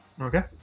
Okay